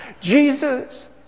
Jesus